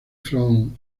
from